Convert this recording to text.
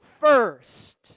first